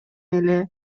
эле